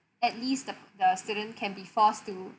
at least the the students can be forced to